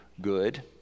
good